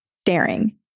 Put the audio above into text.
staring